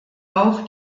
auch